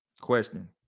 question